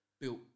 Built